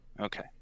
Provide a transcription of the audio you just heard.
Okay